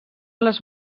les